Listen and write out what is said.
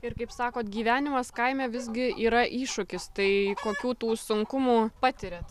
ir kaip sakot gyvenimas kaime visgi yra iššūkis tai kokių tų sunkumų patiriat